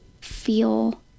feel